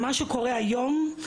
מה שקורה היום,